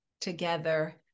together